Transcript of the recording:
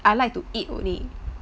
I like to eat only